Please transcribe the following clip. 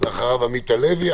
אחריה עמית הלוי,